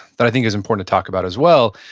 that i think is important to talk about, as well,